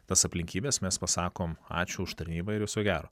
tas aplinkybes mes pasakom ačiū už tarnybą ir viso gero